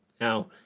Now